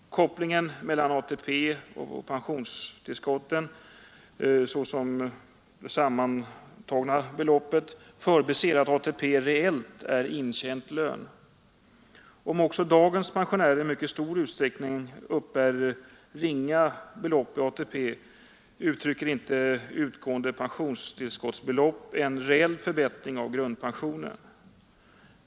Om man lägger samman ATP och pensionstillskotten, förbiser man att ATP reellt är intjänt lön. Även om dagens pensionärer i mycket stor utsträckning uppbär ringa belopp i form av ATP, innebär inte utgående pensionstillskott en reell förbättring av grundpensionen.